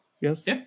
Yes